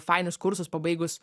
fainus kursus pabaigus